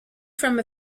from